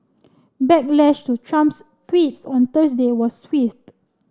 backlash to Trump's tweets on Thursday was swift